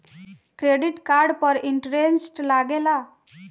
Credit card पर interest लागेला?